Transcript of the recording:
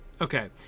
okay